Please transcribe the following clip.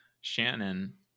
shannon